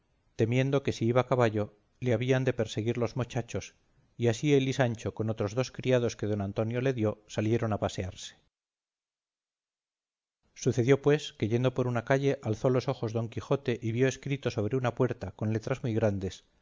temiendo que si iba a caballo le habían de perseguir los mochachos y así él y sancho con otros dos criados que don antonio le dio salieron a pasearse sucedió pues que yendo por una calle alzó los ojos don quijote y vio escrito sobre una puerta con letras muy grandes